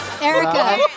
Erica